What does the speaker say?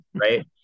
right